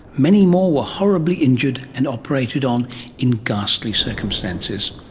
many more were horribly injured and operated on in ghastly circumstances.